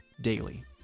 Daily